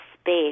space